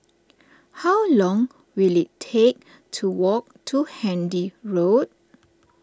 how long will it take to walk to Handy Road